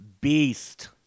Beast